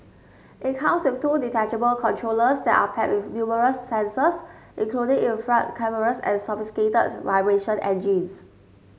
it comes with two detachable controllers that are packed with numerous sensors including infrared cameras and sophisticated vibration engines